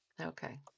Okay